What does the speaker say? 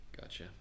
gotcha